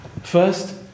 First